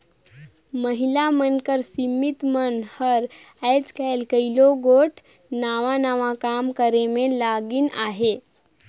महिला मन कर समिति मन हर आएज काएल कइयो गोट नावा नावा काम करे में लगिन अहें